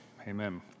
amen